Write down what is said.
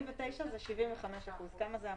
49 זה 75% אז כמה זה ה-100%?